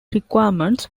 requirements